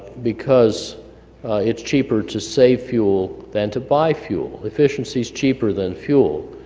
because it's cheaper to save fuel than to buy fuel. efficiency is cheaper than fuel.